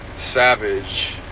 Savage